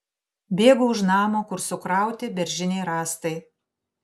bėgu už namo kur sukrauti beržiniai rąstai